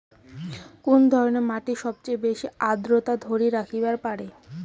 কুন ধরনের মাটি সবচেয়ে বেশি আর্দ্রতা ধরি রাখিবার পারে?